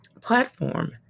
platform